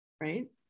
right